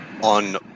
on